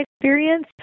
experience